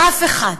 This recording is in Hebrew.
אף אחד.